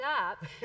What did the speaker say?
up